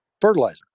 Fertilizer